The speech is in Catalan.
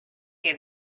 que